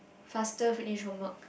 faster finish homework